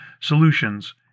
solutions